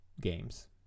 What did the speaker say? games